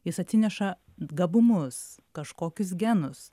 jis atsineša gabumus kažkokius genus